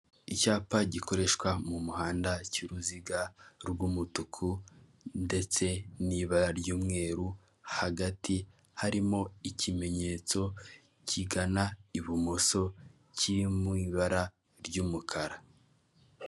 Umugore udafite umusatsi wambaye linete, ikanzu y’iroza ryerurutse, abantu benshi inyuma ye.